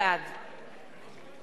בעד